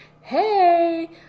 hey